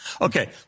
Okay